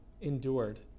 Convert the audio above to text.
endured